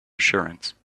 assurance